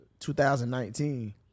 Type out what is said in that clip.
2019